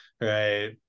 right